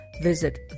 visit